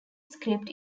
script